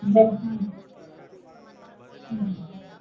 எதாச்சும் சரி சரி